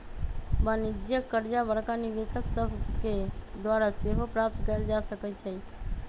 वाणिज्यिक करजा बड़का निवेशक सभके द्वारा सेहो प्राप्त कयल जा सकै छइ